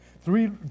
Three